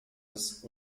das